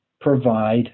provide